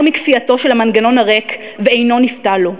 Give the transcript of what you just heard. מכפייתו של המנגנון הריק ואינו נפתה לו.